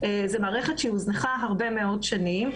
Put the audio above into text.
היא הוזנחה הרבה מאוד שנים.